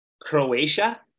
Croatia